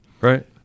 right